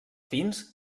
fins